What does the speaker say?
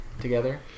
together